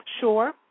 Sure